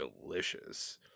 delicious